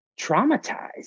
traumatized